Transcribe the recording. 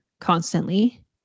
constantly